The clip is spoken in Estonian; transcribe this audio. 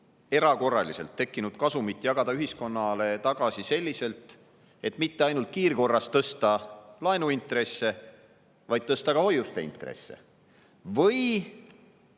erakorralist kasumit jagada ühiskonnale tagasi selliselt, et mitte ainult tõsta kiirkorras laenuintresse, vaid tõsta ka hoiuste intresse, või